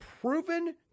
proven